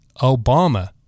Obama